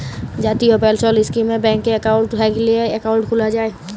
জাতীয় পেলসল ইস্কিমে ব্যাংকে একাউল্ট থ্যাইকলে একাউল্ট খ্যুলা যায়